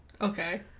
Okay